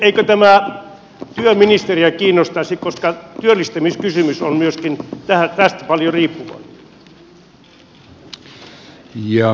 eikö tämä työministeriä kiinnostaisi koska työllistämiskysymys on myöskin tästä paljon riippuvainen